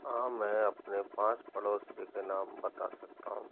हाँ मैं अपने पाँच पड़ोसियों के नाम बता सकता हूँ